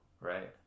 right